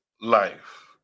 life